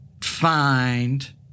find